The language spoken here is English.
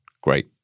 Great